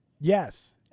yes